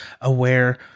aware